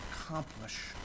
accomplish